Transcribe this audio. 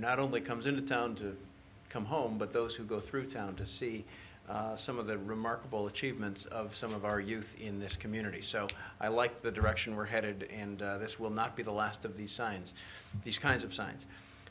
not only comes into town to come home but those who go through town to see some of the remarkable achievements of some of our youth in this community so i like the direction we're headed and this will not be the last of these signs these kinds of signs